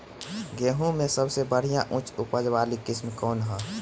गेहूं में सबसे बढ़िया उच्च उपज वाली किस्म कौन ह?